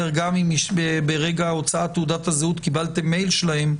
גם אם ברגע הוצאת תעודת הזהות קיבלתם מייל שלהם,